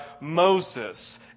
Moses